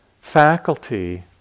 faculty